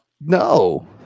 No